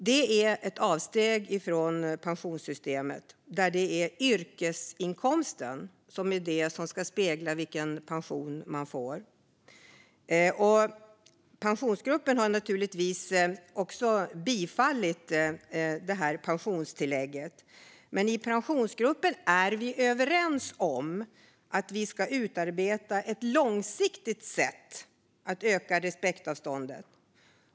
Det är ett avsteg från pensionssystemet, där det är yrkesinkomsten som ska spegla vilken pension man får. Vi i Pensionsgruppen har naturligtvis bifallit pensionstillägget, men vi är överens om att vi ska utarbeta ett långsiktigt sätt att öka respektavståndet.